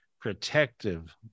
protective